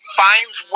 finds